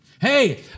Hey